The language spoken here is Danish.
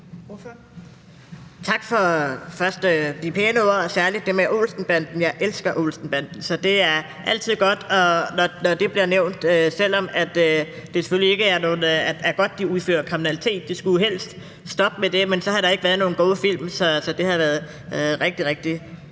tak for de pæne ord, særlig det med Olsen-banden. Jeg elsker Olsen-banden, så det er altid godt, når den bliver nævnt, selv om det selvfølgelig ikke er godt, at de begår kriminalitet. De skulle jo helst stoppe med det, men så havde der ikke været nogen gode film, og så havde det været rigtig, rigtig